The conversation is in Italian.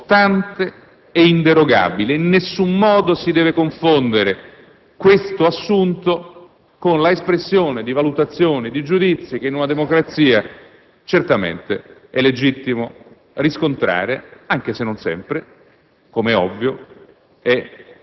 degli organi costituzionali. In nessun modo si deve confondere questo assunto con l'espressione di valutazioni e di giudizi che, in una democrazia, certamente è legittimo riscontrare, anche se non sempre,